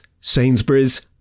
Sainsbury's